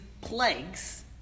plagues